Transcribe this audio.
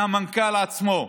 מהמנכ"ל עצמו,